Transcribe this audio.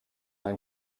ein